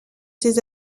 ses